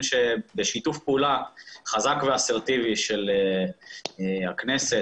שבשיתוף פעולה חזק ואסרטיבי של הכנסת,